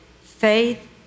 faith